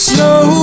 Slow